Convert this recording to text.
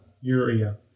Urea